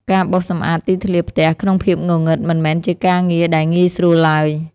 ការបោសសម្អាតទីធ្លាផ្ទះក្នុងភាពងងឹត មិនមែនជាការងារដែលងាយស្រួលឡើយ។